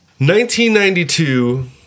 1992